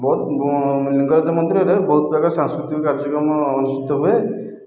ବହୁତ ଲିଙ୍ଗରାଜ ମନ୍ଦିରରେ ବହୁତ ପ୍ରକାର ସାଂସ୍କୃତିକ କାର୍ଯ୍ୟକ୍ରମ ଅନୁଷ୍ଠିତ ହୁଏ